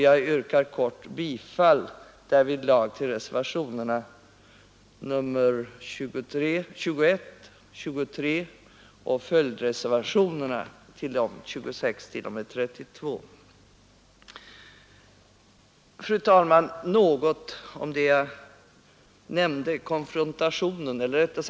Jag yrkar härvidlag kort bifall till reservationerna 21 och 23 samt till följdreservationerna 26 t.o.m. 32 vid civilutskottets betänkande nr 35. Fru talman!